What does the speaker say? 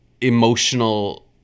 emotional